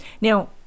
Now